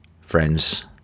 friends